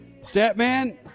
Statman